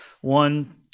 one